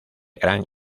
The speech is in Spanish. gran